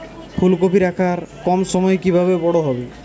ফুলকপির আকার কম সময়ে কিভাবে বড় হবে?